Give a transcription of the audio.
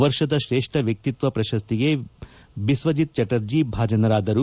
ವರ್ಷದ ಶ್ರೇಷ್ಠ ವ್ಯಕ್ತಿಕ್ತ ಪ್ರಶ್ನಿಗೆ ಬಿಸ್ತತ್ಜತ್ ಚುರ್ಜ ಭಾಜನರಾದರು